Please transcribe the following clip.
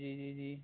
جی جی جی